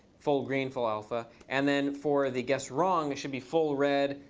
full green, full alpha. and then for the guessed wrong, it should be full red,